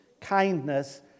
kindness